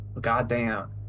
Goddamn